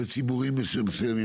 בציבורים מסוימים,